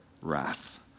wrath